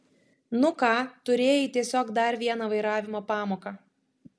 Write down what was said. nu ką turėjai tiesiog dar vieną vairavimo pamoką